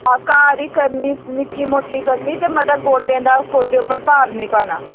घर ई करनी ते निक्की मुट्टी करनी ते मता गोड्डे दा गोड्डे उप्पर भार निं पाना